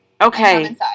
Okay